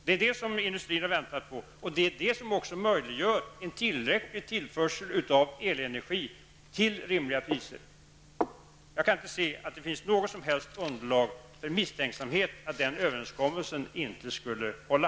Det är det som industrin har väntat på och som också möjliggör en tillräcklig tillförsel av elenergi till rimliga priser. Jag kan inte se att det finns något som helst underlag för misstanken att den uppgörelsen inte skulle hålla.